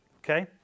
Okay